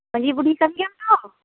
ᱢᱟᱺᱡᱷᱤ ᱵᱩᱰᱷᱤ ᱠᱟᱱ ᱜᱮᱭᱟᱢ ᱛᱚ